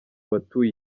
batuye